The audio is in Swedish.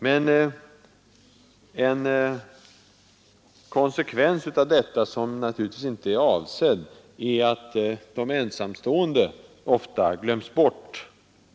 Men en konsekvens av detta, som naturligtvis inte är avsedd, är att de ensamstående ofta glöms bort.